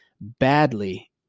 badly